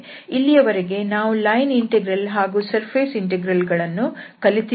ಇಲ್ಲಿವರೆಗೆ ನಾವು line integral ಹಾಗೂ ಸರ್ಫೇಸ್ ಇಂಟೆಗ್ರಲ್ ಗಳನ್ನು ಕಲಿತಿದ್ದೇವೆ